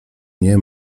nie